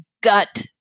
gut